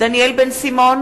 דניאל בן-סימון,